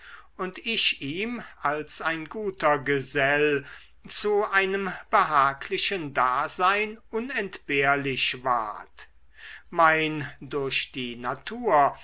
und ich ihm als ein guter gesell zu einem behaglichen dasein unentbehrlich ward mein durch die natur